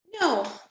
No